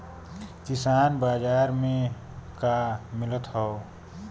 किसान बाजार मे का मिलत हव?